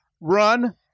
run